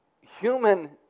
human